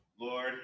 lord